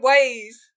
ways